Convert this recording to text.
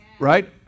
Right